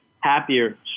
happier